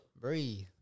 Breathe